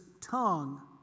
tongue